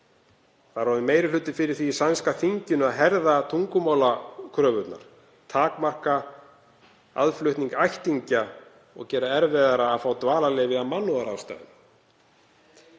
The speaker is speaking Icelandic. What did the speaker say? Það er orðinn meiri hluti fyrir því í sænska þinginu að herða tungumálakröfurnar, takmarka aðflutning ættingja og gera það erfiðara að fá dvalarleyfi af mannúðarástæðum.